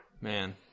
Man